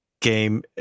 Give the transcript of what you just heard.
game